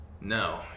No